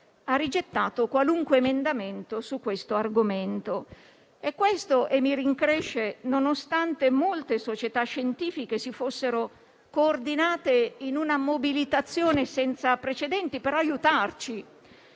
ha rigettato qualunque emendamento su questo argomento e questo - e mi rincresce - nonostante molte società scientifiche si fossero coordinate in una mobilitazione senza precedenti per aiutarci